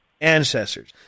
ancestors